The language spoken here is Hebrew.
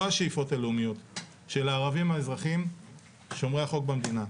לא השאיפות הלאומיות של אזרחים ערבים שומרי החוק במדינה.